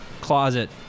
closet